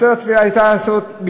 עצרת התפילה הייתה בשבילנו,